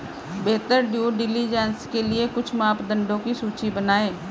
बेहतर due diligence के लिए कुछ मापदंडों की सूची बनाएं?